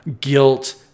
guilt